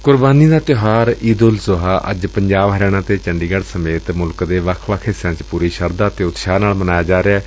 ਕੁਰਬਾਨੀ ਦਾ ਤਿਉਹਾਰ ਈਦ ਉਲ ਜੁਹਾ ਅੱਜ ਪੰਜਾਬ ਹਰਿਆਣਾ ਤੇ ਚੰਡੀਗੜ ਸਮੇਤ ਮੁਲਕ ਦੇ ਵੱਖ ਵੱਖ ਹਿੱਸਿਆਂ ਚ ਪੁਰੀ ਸ਼ਰਧਾ ਤੇ ਉਤਸ਼ਾਹ ਨਾਲ ਮਨਾਇਆ ਜਾ ਰਿਹੈ